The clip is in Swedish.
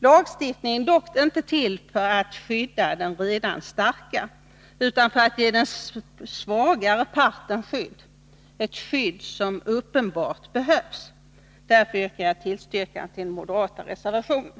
Lagstiftning är dock inte till för att skydda den redan starke utan för att ge den svagare parten skydd — ett skydd som uppenbarligen behövs. Därför yrkar jag bifall till den moderata reservationen.